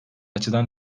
açıdan